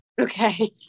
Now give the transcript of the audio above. Okay